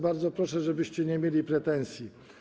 Bardzo proszę, żebyście nie mieli pretensji.